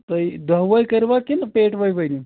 تۄہہِ دہوَے کٔرِوا کِنہٕ پیٹہِ واے ؤنِو